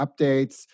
updates